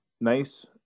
nice